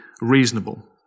reasonable